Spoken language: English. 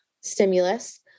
stimulus